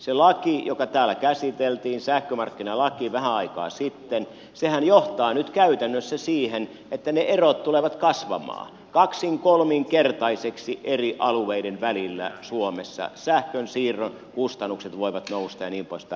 se laki sähkömarkkinalaki joka täällä käsiteltiin vähän aikaa sitten johtaa nyt käytännössä siihen että ne erot tulevat kasvamaan kaksinkolminkertaiseksi eri alueiden välillä suomessa sähkönsiirron kustannukset voivat nousta ja niin poispäin